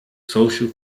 social